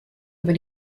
über